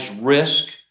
risk